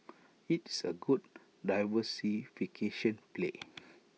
it's A good diversification play